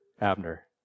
Abner